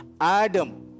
Adam